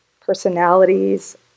personalities